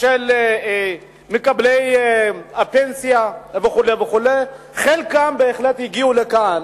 של מקבלי הפנסיה וכו' וכו'; חלקם בהחלט הגיעו לכאן,